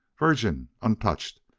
virgin! untouched.